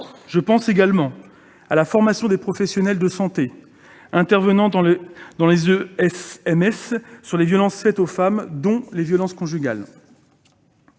Je pense également à la formation des professionnels de santé intervenant dans les ESMS à la question des violences faites aux femmes, dont les violences conjugales.